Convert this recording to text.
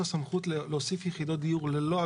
הסמכות להוסיף יחידות דיור ללא הגבלה,